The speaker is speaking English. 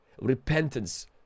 Repentance